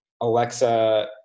Alexa